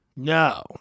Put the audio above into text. No